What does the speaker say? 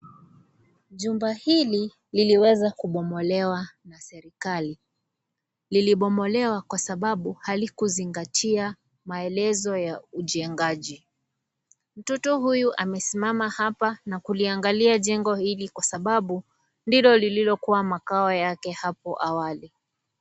Jumba hili liliweza kubomolewa na serikali. Lilibomolewa kwa sababu halikuzingatia maelezo ya ujengaji. Mtoto huyu amesimama hapa na kuliangalia jengo hili kwa sababu ndilo lililokuwa makao yake hapo awali.